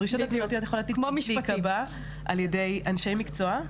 הדרישות יכולות להיקבע על ידי אנשי מקצוע,